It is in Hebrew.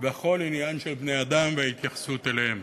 והכול עניין של בני-אדם וההתייחסות אליהם.